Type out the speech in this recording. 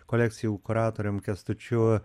kolekcijų kuratorium kęstučiu